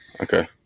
Okay